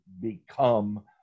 become